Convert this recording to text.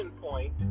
point